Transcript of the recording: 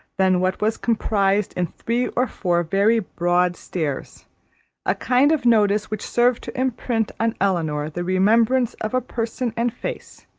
than what was comprised in three or four very broad stares a kind of notice which served to imprint on elinor the remembrance of a person and face,